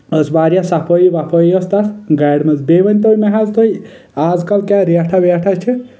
ٲس واریاہ صفٲیی وفٲیی ٲسۍ تتھ گاڑِ منٛز بییٚہِ ؤنتو مےٚ حظ تُہۍ آز کل کیاہ ریٹھاہ ویٹھاہ چھِ